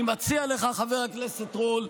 אני מציע לך, חבר הכנסת רול,